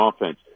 offense